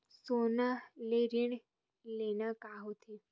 सोना ले ऋण लेना का होथे?